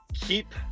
keep